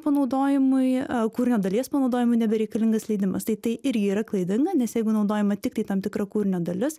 panaudojimui kūrinio dalies panaudojimui nebereikalingas leidimas tai tai irgi yra klaidinga nes jeigu naudojama tikai tam tikra kūrinio dalis